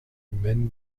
humaines